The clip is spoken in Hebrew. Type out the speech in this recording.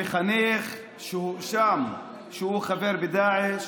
המחנך שהואשם שהוא חבר בדאעש.